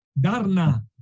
Darna